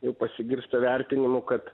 jau pasigirsta vertinimų kad